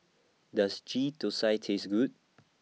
Does Ghee Thosai Taste Good